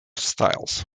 styles